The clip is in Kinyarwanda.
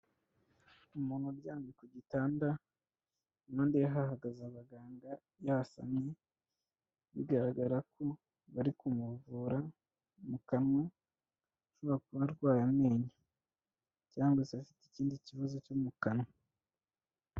Umuntu uryamye ku gitanda n'undi hahagaze abaganga yasamye bigaragara ko bari kumuvura mu kanwa, ashobora kuba arwaye amenyo cyangwa se afite ikindi kibazo cyo mu kanwa.